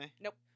Nope